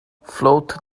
float